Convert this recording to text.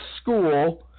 school